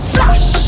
Flash